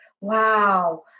Wow